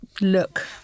look